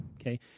okay